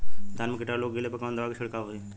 धान में कीटाणु लग गईले पर कवने दवा क छिड़काव होई?